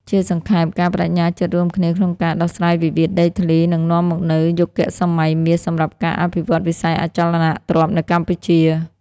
ជាសង្ខេប ការប្ដេជ្ញាចិត្តរួមគ្នាក្នុងការដោះស្រាយវិវាទដីធ្លី នឹងនាំមកនូវយុគសម័យមាសសម្រាប់ការអភិវឌ្ឍវិស័យអចលនទ្រព្យនៅកម្ពុជា។